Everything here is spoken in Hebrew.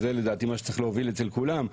וזה לדעתי מה שצריך להוביל אצל כולם.